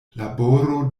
laboro